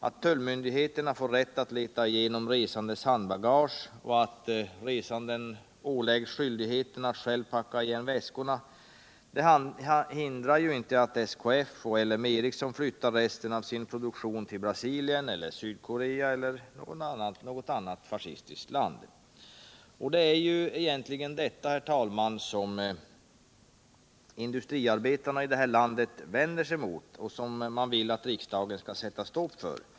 Att tullmyndigheten får rätt att leta igenom resandes handbagage och att resande åläggs skyldigheten att själv packa igen väskorna, det hindrar ju inte att SKF och L M Ericsson flyttar resten av sin produktion till Brasilien eller Sydkorea elter något annat fascistiskt land. Det är ju egentligen detta, herr talman, som industriarbetarna här i landet vänder sig mot och vill att riksdagen skall sätta stopp för.